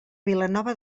vilanova